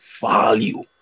value